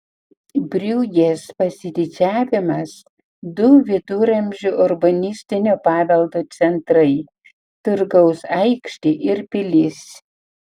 briugės pasididžiavimas du viduramžių urbanistinio paveldo centrai turgaus aikštė ir pilis